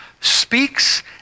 speaks